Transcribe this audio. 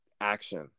action